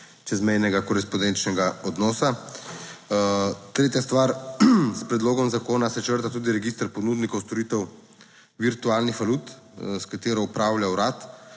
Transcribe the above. čezmejnega korespondenčnega odnosa. Tretja stvar, s predlogom zakona se črta tudi register ponudnikov storitev virtualnih valut, s katero upravlja urad.